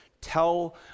tell